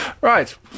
Right